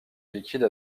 liquide